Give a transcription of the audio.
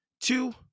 two